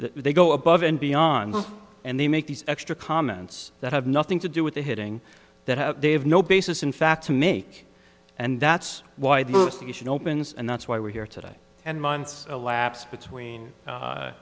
or they go above and beyond and they make these extra comments that have nothing to do with the hitting that they have no basis in fact to make and that's why the you should opens and that's why we're here today and months elapse between